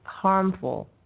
harmful